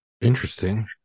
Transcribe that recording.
Interesting